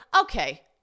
okay